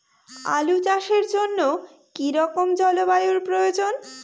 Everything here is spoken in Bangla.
আলু চাষের জন্য কি রকম জলবায়ুর প্রয়োজন?